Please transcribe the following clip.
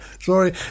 sorry